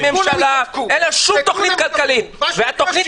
אתם מבינים מה